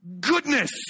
goodness